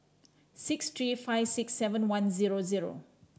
six three five six seven one zero zero